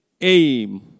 aim